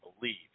believe